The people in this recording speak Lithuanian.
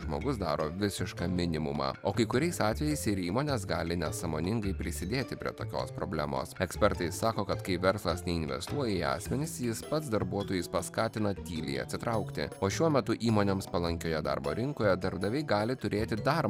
žmogus daro visišką minimumą o kai kuriais atvejais ir įmonės gali nesąmoningai prisidėti prie tokios problemos ekspertai sako kad kai verslas neinvestuoja į asmenis jis pats darbuotojus paskatina tyliai atsitraukti o šiuo metu įmonėms palankioje darbo rinkoje darbdaviai gali turėti dar